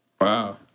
wow